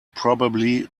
probably